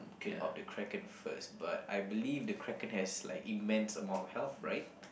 kill off the Kraken first but I believe the Kraken has like immense amount of health right